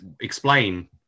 explain